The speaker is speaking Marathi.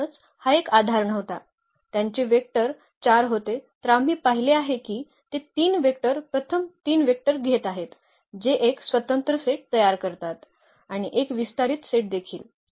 म्हणूनच हा एक आधार नव्हता त्यांचे वेक्टर 4 होते तर आम्ही पाहिले आहे की ते 3 वेक्टर प्रथम 3 वेक्टर घेत आहेत जे एक स्वतंत्र सेट तयार करतात आणि एक विस्तारित सेट देखील